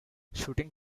shooting